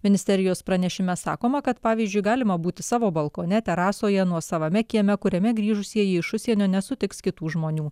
ministerijos pranešime sakoma kad pavyzdžiui galima būti savo balkone terasoje nuosavame kieme kuriame grįžusieji iš užsienio nesutiks kitų žmonių